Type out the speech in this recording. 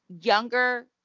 younger